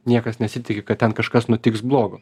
niekas nesitiki kad ten kažkas nutiks blogo